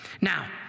Now